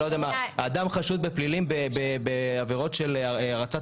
אדם חשוד בפלילים בעבירות של הרצת